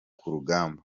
kurugamba